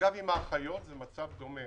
אגב, עם האחיות זה מצב דומה.